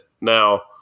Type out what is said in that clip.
now